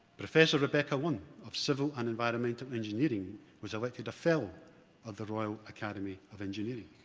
professor rebecca lunn of civil and environmental engineering, was elected a fellow of the royal academy of engineering.